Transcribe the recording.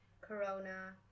corona